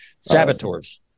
Saboteurs